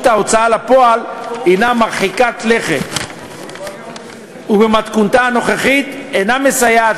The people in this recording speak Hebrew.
ההוצאה לפועל היא מרחיקת לכת ובמתכונתה הנוכחית אינה מסייעת